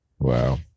wow